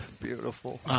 Beautiful